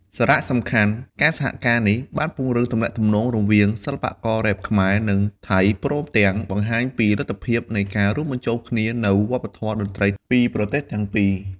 សារៈសំខាន់: ការសហការនេះបានពង្រឹងទំនាក់ទំនងរវាងសិល្បកររ៉េបខ្មែរ និងថៃ ព្រមទាំងបង្ហាញពីលទ្ធភាពនៃការរួមបញ្ចូលគ្នានូវវប្បធម៌តន្ត្រីពីប្រទេសទាំងពីរ។